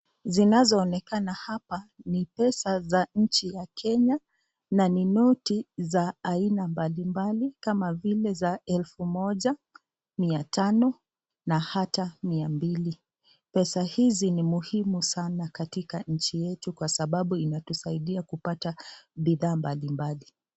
Zinazoonekana hapa ni pesa za nchi ya Kenya na ni noti za aina mbalimbali kama vile za 1000, 500 na hata 200. Pesa hizi ni muhimu sana katika nchi yetu kwa sababu inatusaidia kupata bidhaa mbalimbali.